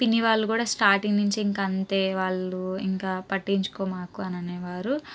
పిన్ని వాళ్ళూ కూడా స్టార్టింగ్ నుంచి ఇంకా అంతే వాళ్ళు ఇంకా పట్టించుకోమాకు అని అనేవారు